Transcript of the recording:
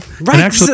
Right